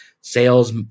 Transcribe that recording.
sales